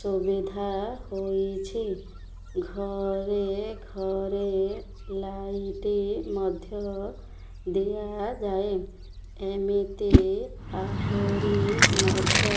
ସୁବିଧା ହେଇଛି ଘରେ ଘରେ ଲାଇଟ୍ ମଧ୍ୟ ଦିଆଯାଏ ଏମିତି ଆହୁରି ମଧ୍ୟ